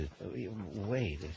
Wait